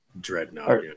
dreadnought